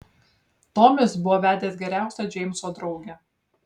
tomis buvo vedęs geriausią džeimso draugę